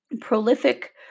prolific